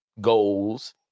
goals